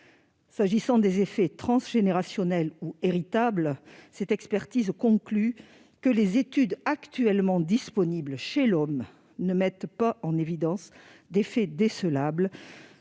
S'agissant des effets transgénérationnels ou héritables, cette expertise conclut que les études actuellement disponibles chez l'homme ne mettent pas en évidence d'effet décelable,